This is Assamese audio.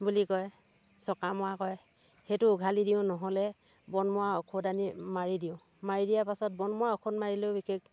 বুলি কয় চকা মৰা কয় সেইটো উঘালি দিওঁ নহ'লে বন মৰা ঔষধ আনি মাৰি দিওঁ মাৰি দিয়া পাছত বন মৰা ঔষধ মাৰিলেও বিশেষ